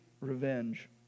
revenge